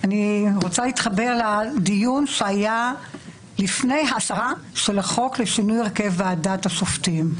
אני רוצה להתחבר לדיון שהיה לפני הסרת החוק לשינוי הרכב ועדת השופטים.